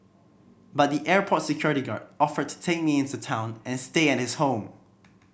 but the airport security guard offered to take me into town and stay at his home